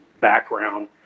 background